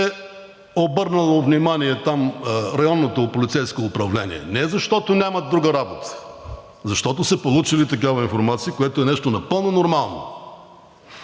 обърнало внимание районното полицейско управление, не защото нямат друга работа, защото са получили такава информация, която е нещо напълно нормално.